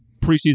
preseason